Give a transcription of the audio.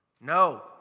no